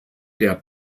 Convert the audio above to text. der